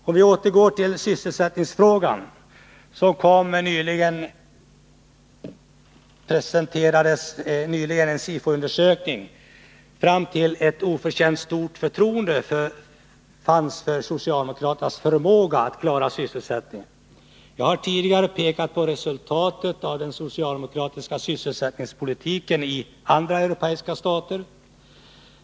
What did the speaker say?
För att återgå till sysselsättningsfrågan vill jag nämna att man i en nyligen presenterad SIFO-undersökning kom fram till att ett oförtjänt stort förtroende fanns för socialdemokraternas förmåga att klara sysselsättningen. Jag har tidigare pekat på resultatet av socialdemokratisk sysselsättningspolitik i andra europeiska stater.